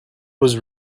was